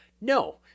No